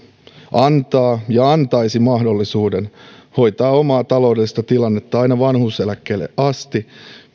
antaa ja antaisi mahdollisuuden hoitaa omaa taloudellista tilannetta aina vanhuuseläkkeelle asti